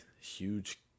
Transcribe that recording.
huge